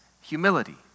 humility